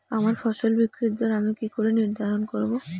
আমার ফসল বিক্রির দর আমি কি করে নির্ধারন করব?